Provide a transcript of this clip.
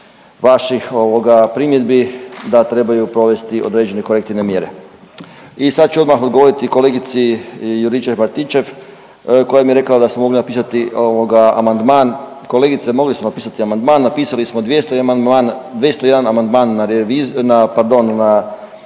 vaših primjedbi da trebaju provesti određene korektivne mjere. I sad ću odmah odgovoriti kolegici Juričev-Martinčev koja mi je rekla da smo mogli napisati amandman. Kolegice mogli smo napisati amandman, napisali smo 201 amandman pardon